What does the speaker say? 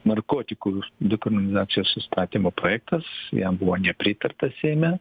narkotikų dekriminalizacijos įstatymo projektas jam buvo nepritarta seime